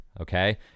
Okay